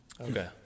okay